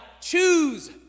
choose